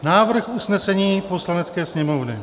Návrh usnesení Poslanecké sněmovny.